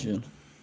त